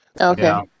Okay